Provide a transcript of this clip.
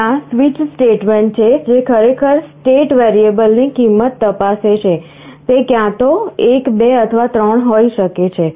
ત્યાં switch statement છે જે ખરેખર સ્ટેટ વેરિયેબલ ની કિંમત તપાસે છે તે ક્યાં તો 1 2 અથવા 3 હોઈ શકે છે